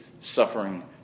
suffering